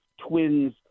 twins